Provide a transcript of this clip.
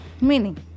meaning